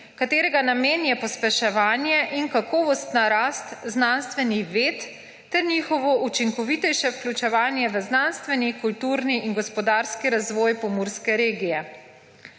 katerega namen je pospeševanje in kakovostna rast znanstvenih ved ter njihovo učinkovitejše vključevanje v znanstveni, kulturni in gospodarski razvoj pomurske regije.